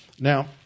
Now